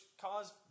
cause